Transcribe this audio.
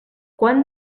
quan